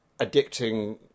addicting